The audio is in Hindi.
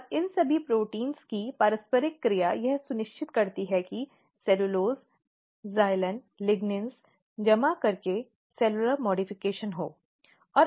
और इन सभी प्रोटीनों की पारस्परिक क्रिया यह सुनिश्चित करती है कि सेल्युलोज ज़ाइलान लिग्निन जमा करके सेलुलर संशोधन हो